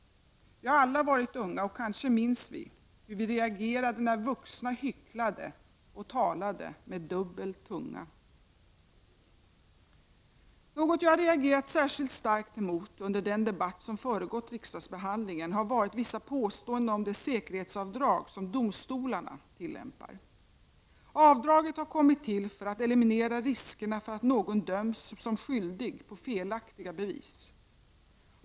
Vi har alla varit unga, och kanske minns vi hur vi reagerade när vuxna hycklade och talade med dubbel tunga. Något som jag reagerat särskilt starkt emot, under den debatt som föregått riksdagsbehandlingen, har varit vissa påståenden om det säkerhetsavdrag som domstolarna tillämpar. Avdraget har kommit till för att eliminera riskerna för att någon döms som skyldig på felaktiga bevis.